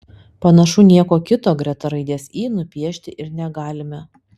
panašu nieko kito greta raidės y nupiešti ir negalime